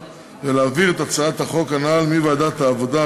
ולהעביר את הצעת החוק הנ"ל מוועדת העבודה,